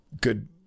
good